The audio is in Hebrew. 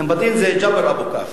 אום-בטין זה ג'בל אבו-כף.